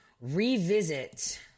revisit